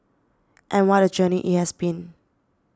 and what a journey it has been